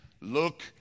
look